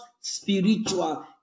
spiritual